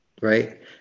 right